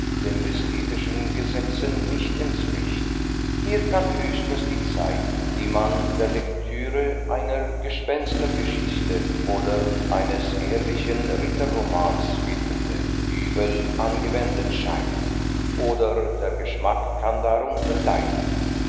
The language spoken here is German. den ästhetischen gesetzen nicht entspricht hier kann höchstens die zeit die man der lektüre einer gespenstergeschichte oder eines ehrlichen ritterromans widmete übel angewendet scheinen oder der geschmack kann darunter leiden